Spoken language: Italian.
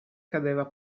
cadeva